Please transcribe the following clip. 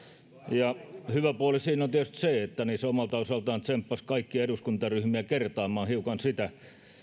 hyvä puoli on tietysti se että se omalta osaltaan tsemppasi kaikkia eduskuntaryhmiä kertaamaan hiukan sitä